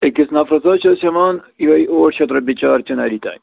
أکِس نفرَس حظ چھِ أسۍ ہٮ۪وان یِہوٚے ٲٹھ شَتھ رۄپیہِ چار چِناری تام